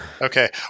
Okay